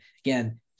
again